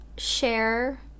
share